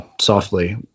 softly